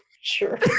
Sure